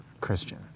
Christian